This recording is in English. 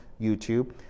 YouTube